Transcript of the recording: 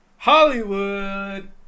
Hollywood